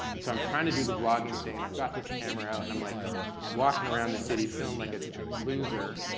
and so i'm trying to do the vlogging thing and i've got this camera out and i'm like walking around the city filming like a loser,